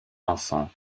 enfants